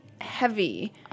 heavy